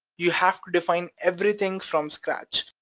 you have to define everything from scratch,